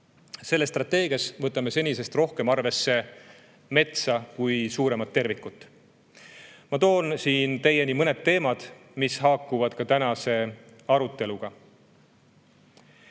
Selles strateegias võtame senisest rohkem arvesse metsa kui suuremat tervikut. Ma toon teieni mõned teemad, mis haakuvad ka tänase aruteluga.